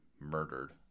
murdered